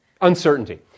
Uncertainty